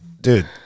dude